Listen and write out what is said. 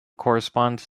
correspond